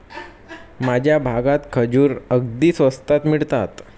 माझ्या भागात खजूर अगदी स्वस्तात मिळतात